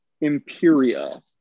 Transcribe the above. Imperia